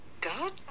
god